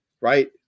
right